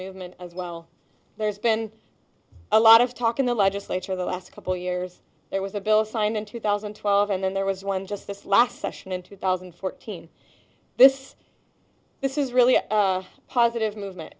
movement as well there's been a lot of talk in the legislature the last couple years there was a bill signed in two thousand and twelve and then there was one just this last session in two thousand and fourteen this this is really a positive movement